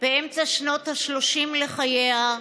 באמצע שנות השלושים לחייה,